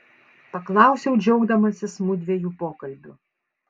paklausiau džiaugdamasis mudviejų pokalbiu